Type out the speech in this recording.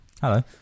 Hello